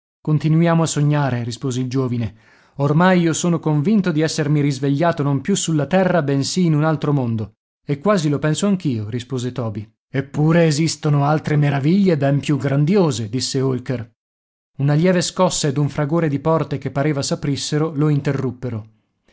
continuiamo a sognare rispose il giovine ormai io sono convinto di essermi risvegliato non più sulla terra bensì in un altro mondo e quasi lo penso anch'io rispose toby eppure esistono altre meraviglie ben più grandiose disse holker una lieve scossa ed un fragore di porte che pareva s'aprissero lo interruppero